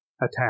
Attack